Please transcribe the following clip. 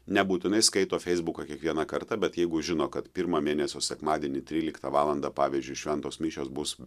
nebūtinai skaito feisbuką kiekvieną kartą bet jeigu žino kad pirmą mėnesio sekmadienį tryliktą valandą pavyzdžiui šventos mišios bus